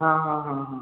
हा हा हा हा